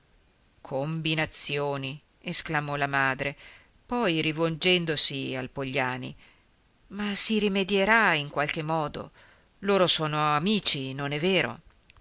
combinazioni esclamò la madre poi rivolgendosi al pogliani ma si rimedierà in qualche modo loro sono amici non è vero